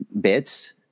bits